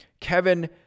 Kevin